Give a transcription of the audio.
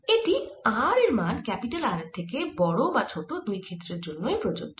এটি r এর মান R এর থেকে বড় বা ছোট দুই ক্ষেত্রের জন্যই প্রযোজ্য